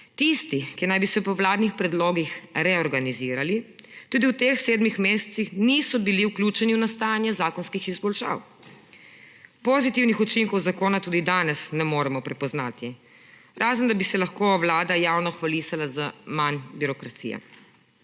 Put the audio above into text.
Tisti, ki naj bi se po vladnih predlogih reorganizirali, tudi v teh sedmih mesecih niso bili vključeni v nastajanje zakonskih izboljšav. Pozitivnih učinkov zakona tudi danes ne moremo prepoznati, razen da bi se lahko Vlada javno hvalisala z manj birokracije.